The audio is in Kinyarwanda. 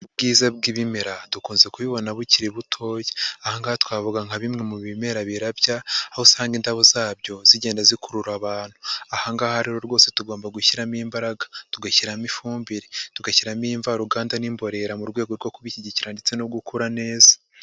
Ubwiza bw'ibimera dukunze kubibona bukiri butoya, aha ngaha twavuga nka bimwe mu bimera birabya, aho usanga indabo zabyo zigenda zikurura abantu. Aha ngaha rero rwose tugomba gushyiramo imbaraga, tugashyiramo ifumbire, tugashyiramo imvaruganda n'imborera mu rwego rwo kubishyigikira ndetse no gukura neza.